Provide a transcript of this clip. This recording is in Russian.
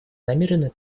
намерены